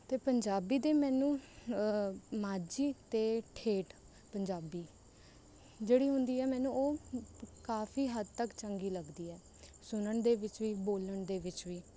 ਅਤੇ ਪੰਜਾਬੀ ਦੇ ਮੈਨੂੰ ਮਾਝੀ ਅਤੇ ਠੇਠ ਪੰਜਾਬੀ ਜਿਹੜੀ ਹੁੰਦੀ ਹੈ ਮੈਨੂੰ ਉਹ ਕਾਫੀ ਹੱਦ ਤੱਕ ਚੰਗੀ ਲੱਗਦੀ ਹੈ ਸੁਣਨ ਦੇ ਵਿੱਚ ਵੀ ਬੋਲਣ ਦੇ ਵਿੱਚ ਵੀ